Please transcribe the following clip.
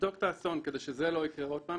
שתבדוק את האסון כדי שהוא לא יקרה שוב,